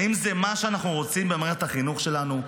האם זה מה שאנחנו רוצים במערכת החינוך שלנו?